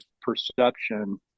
perception